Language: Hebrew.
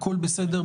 הכול בסדר,